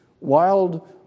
wild